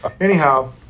Anyhow